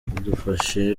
badufashe